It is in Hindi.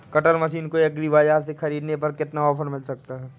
कटर मशीन को एग्री बाजार से ख़रीदने पर कितना ऑफर मिल सकता है?